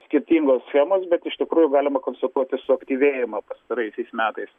skirtingos schemos bet iš tikrųjų galima konstatuoti suaktyvėjimą pastaraisiais metais